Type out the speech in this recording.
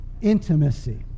intimacy